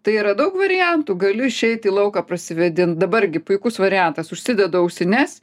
tai yra daug variantų galiu išeiti į lauką prasivėdint dabar gi puikus variantas užsidedu ausines